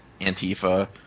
Antifa